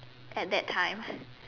at that time